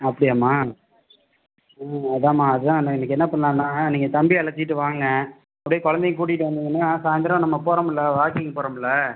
அப்படியாம்மா ம் அதான்ம்மா அதான் இன்னக்கு என்ன பண்ணலான்னா நீங்கள் தம்பியை அழைச்சுக்கிட்டு வாங்க அப்படியே குழந்தையும் கூட்டிகிட்டு வந்திங்கன்னா சாயந்தரம் நம்ம போகிறோம்ல்ல வாக்கிங் போகிறோம்ல்ல